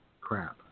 crap